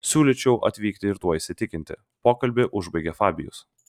siūlyčiau atvykti ir tuo įsitikinti pokalbį užbaigė fabijus